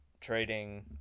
trading